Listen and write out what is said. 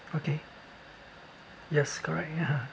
okay yes correct ya